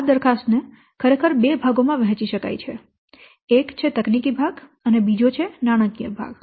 તેથી દરખાસ્ત ને ખરેખર બે ભાગોમાં વહેંચી શકાય છે એક તકનીકી ભાગ અને બીજો નાણાકીય ભાગ